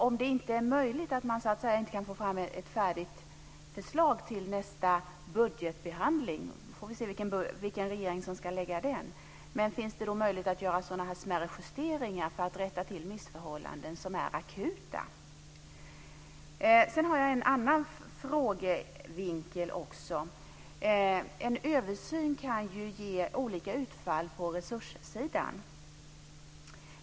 Om det nu inte är möjligt att få fram ett färdigt förslag till nästa budgetbehandling - vi får se vilken regering som ska lägga fram den budgeten - finns det då möjlighet att göra smärre justeringar för att rätta till missförhållanden som är akuta? Jag har en annan vinkel på frågan också. En översyn kan ge olika utfall på resurssidan.